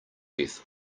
death